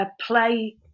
play